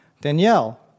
Danielle